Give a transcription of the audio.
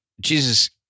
Jesus